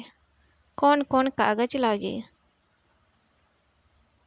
कौन कौन कागज लागी?